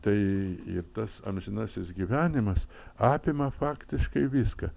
tai ir tas amžinasis gyvenimas apima faktiškai viską